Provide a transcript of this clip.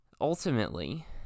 ultimately